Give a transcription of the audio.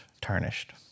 tarnished